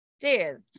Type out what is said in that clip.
Cheers